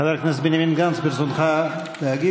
חבר הכנסת בנימין גנץ, ברצונך להגיב?